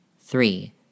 Three